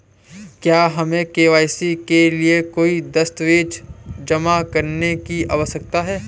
क्या हमें के.वाई.सी के लिए कोई दस्तावेज़ जमा करने की आवश्यकता है?